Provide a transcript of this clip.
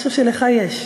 משהו שלך יש.